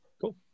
Cool